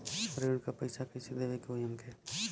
ऋण का पैसा कइसे देवे के होई हमके?